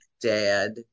dad